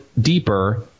deeper